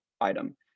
item